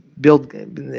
build